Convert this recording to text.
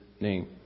name